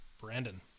Brandon